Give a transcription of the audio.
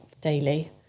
daily